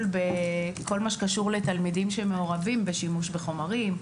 בכל מה שקשור לתלמידים שמעורבים בשימוש בחומרים,